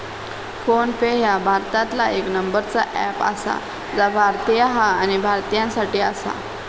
phone पे ह्या भारतातला येक नंबरचा अँप आसा जा भारतीय हा आणि भारतीयांसाठी आसा